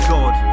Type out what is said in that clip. God